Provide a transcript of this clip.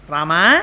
Rama